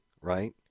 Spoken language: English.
right